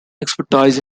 expertise